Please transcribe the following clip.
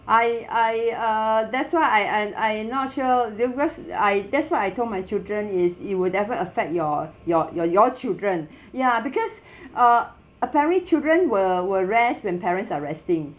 I I uh that's why I I I not sure the rest I that's what I told my children is it will definitely affect your your your your children ya because uh apparently children will will rest when parents are resting